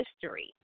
history